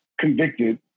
convicted